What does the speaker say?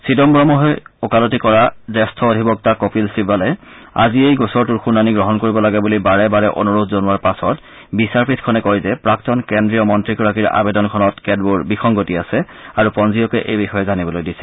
চিদাম্বৰমৰ হৈ ওকালতি কৰা জ্যেষ্ঠ অধিবক্তা কপিল চিববালে আজিয়েই বিষয়টোৰ শুনানি গ্ৰহণ কৰিব লাগে বুলি বাৰে বাৰে অনুৰোধ জনোৱাৰ পাছত বিচাৰপীঠখনে কয় যে প্ৰাক্তন কেন্দ্ৰীয় মন্ত্ৰীগৰাকীৰ আবেদনখনত কেতবোৰ বিসংগতি আছে আৰু পঞ্জীয়কে এই বিষয়ে জানিবলৈ দিছে